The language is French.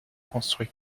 construit